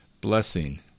blessing